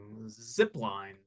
zipline